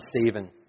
Stephen